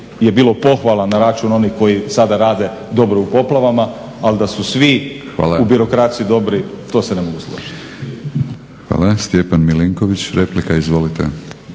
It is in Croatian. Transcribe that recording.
je bilo pohvala na račun onih koji sada rade dobro u poplavama, ali da su svi u birokraciji dobri to se ne mogu složiti.